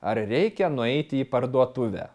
ar reikia nueiti į parduotuvę